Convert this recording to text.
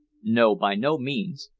no by no means.